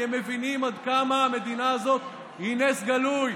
כי הם מבינים עד כמה המדינה הזאת היא נס גלוי,